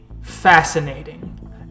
fascinating